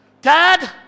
Dad